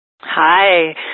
Hi